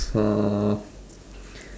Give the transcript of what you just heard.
oh